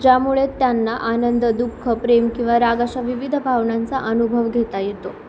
ज्यामुळे त्यांना आनंद दुःख प्रेम किंवा राग अशा विविध भावनांचा अनुभव घेता येतो